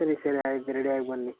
ಸರಿ ಸರಿ ಆಯ್ತು ರೆಡಿಯಾಗಿ ಬನ್ನಿ